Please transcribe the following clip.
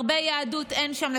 הרבה יהדות אין שם,